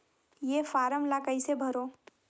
ये फारम ला कइसे भरो?